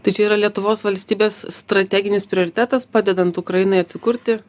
tai čia yra lietuvos valstybės strateginis prioritetas padedant ukrainai atsikurti